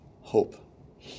hope